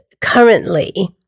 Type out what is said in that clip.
currently